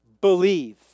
believe